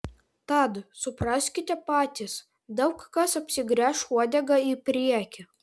tad supraskite patys daug kas apsigręš uodega į priekį